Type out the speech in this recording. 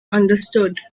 understood